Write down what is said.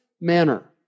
manner